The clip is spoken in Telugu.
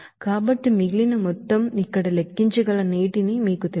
కాబట్టి మిగిలిన మొత్తం ఇక్కడ లెక్కించగల నీటిని మీకు తెలుసు